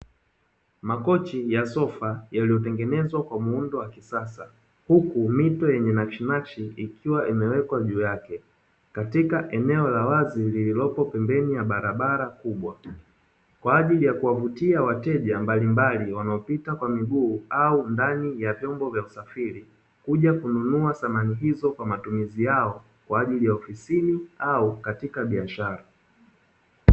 Makochi ya sofa yaliyotengenezwa kwa muundo wa kisasa, huku mito yenye nakshinakshi ikiwa imewekwa juu yake, katika eneo la wazi lililopo pembeni ya barabara kubwa, kwa ajili ya kuwavutia wateja mbalimbali wanaopita kwa miguu au ndani ya vyombo vya usafiri, kuja kununua samani hizo kwa matumizi yao kwa ajili ya ofisini au katika biashara.